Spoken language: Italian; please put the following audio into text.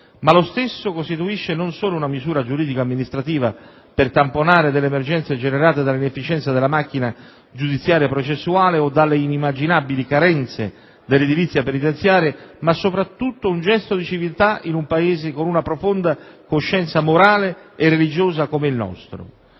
ma lo stesso costituisce non solo una misura giuridica amministrativa per tamponare delle emergenze generate dall'inefficienza della macchina giudiziario-processuale o dalle inimmaginabili carenze dell'edilizia penitenziaria, ma soprattutto un gesto di civiltà in un Paese con una profonda coscienza morale e religiosa come il nostro.